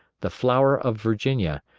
the flower of virginia,